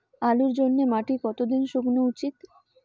আলুর জন্যে মাটি কতো দিন শুকনো উচিৎ?